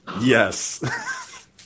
Yes